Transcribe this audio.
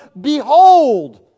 Behold